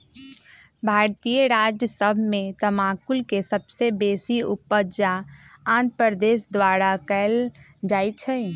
भारतीय राज्य सभ में तमाकुल के सबसे बेशी उपजा आंध्र प्रदेश द्वारा कएल जाइ छइ